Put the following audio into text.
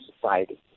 society